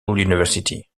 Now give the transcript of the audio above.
university